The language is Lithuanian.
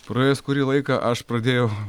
praėjus kurį laiką aš pradėjau